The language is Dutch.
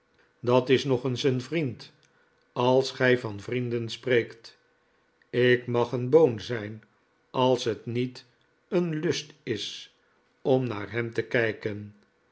dat is nog eens een vriend als gij van vrienden spreekt ik mag een boon zijn als het niet een lust is om naar hem te kijken